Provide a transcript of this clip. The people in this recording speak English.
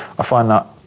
find that,